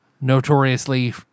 notoriously